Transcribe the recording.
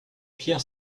pierre